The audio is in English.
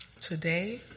today